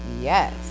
yes